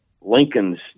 Lincoln's